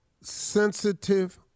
sensitive